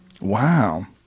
Wow